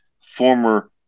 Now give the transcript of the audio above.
former